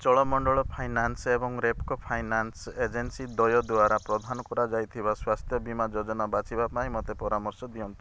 Cholamandalam finance ଏବଂ Repco finance agency ଦ୍ୱୟ ଦ୍ଵାରା ପ୍ରଦାନ କରାଯାଇଥିବା ସ୍ୱାସ୍ଥ୍ୟ ବୀମା ଯୋଜନା ବାଛିବା ପାଇଁ ମୋତେ ପରାମର୍ଶ ଦିଅନ୍ତୁ